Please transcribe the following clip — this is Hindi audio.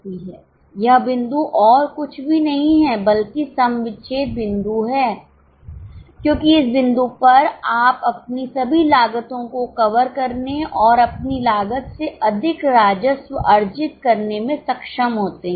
यह बिंदु और कुछ भी नहीं है बल्कि सम विच्छेद बिंदु है क्योंकि इस बिंदु पर आप अपनी सभी लागतों को कवर करने और अपनी लागत से अधिक राजस्व अर्जित करने में सक्षम होते हैं